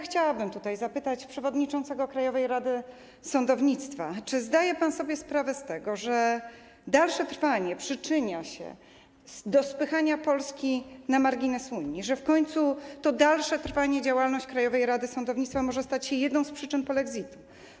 Chciałabym zapytać przewodniczącego Krajowej Rady Sądownictwa: Czy zdaje pan sobie sprawę z tego, że dalsze trwanie przyczynia się do spychania Polski na margines Unii, że w końcu to dalsze trwanie i działalność Krajowej Rady Sądownictwa może stać się jedną z przyczyn polexitu?